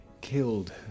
killed